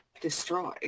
destroy